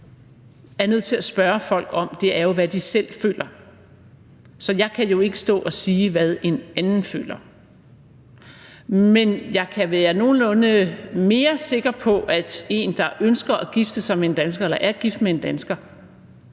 er nødt til at spørge folk om, er jo, hvad de selv føler. Så jeg kan jo ikke stå og sige, hvad en anden føler. Men jeg kan være nogenlunde mere sikker på, at en, der ønsker at gifte sig med en dansker eller er gift med en dansker,